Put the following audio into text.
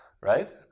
Right